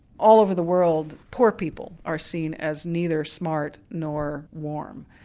all over the world poor people are seen as neither smart nor warm.